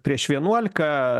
prieš vienuolika